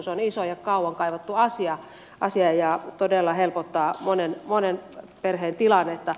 se on iso ja kauan kaivattu asia ja todella helpottaa monen perheen tilannetta